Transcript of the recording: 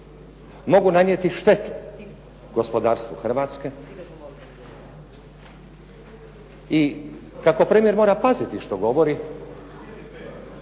mogu nanijeti štetu gospodarstvu Hrvatske i kako premijer mora paziti što govori